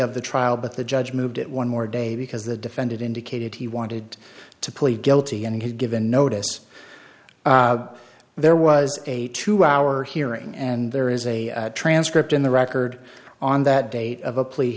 of the trial but the judge moved it one more day because the defendant indicated he wanted to plead guilty and he'd given notice there was a two hour hearing and there is a transcript in the record on that date of a plea